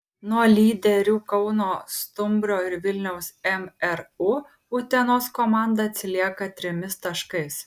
nuo lyderių kauno stumbro ir vilniaus mru utenos komanda atsilieka trimis taškais